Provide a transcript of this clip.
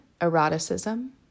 eroticism